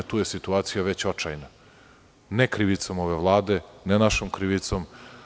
Tu je već situacija očajna, ali ne krivicom ove Vlade, ne našom krivicom.